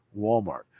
Walmart